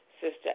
Sister